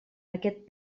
aquest